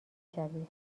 شوی